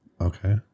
Okay